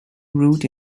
route